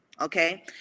okay